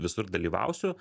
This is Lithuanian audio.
visur dalyvausiu